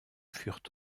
furent